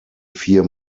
vier